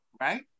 Right